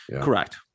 Correct